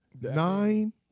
Nine